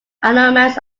allotments